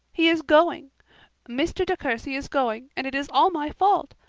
he is going mr. de courcy is going, and it is all my fault.